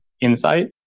insight